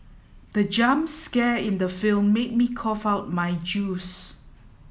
the jump scare in the film made me cough out my juice